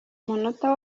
umunota